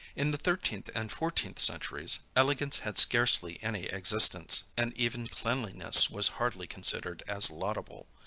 in the thirteenth and fourteenth centuries, elegance had scarcely any existence, and even cleanliness was hardly considered as laudable.